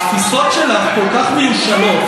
התפיסות שלך כל כך מיושנות.